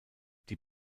die